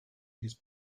his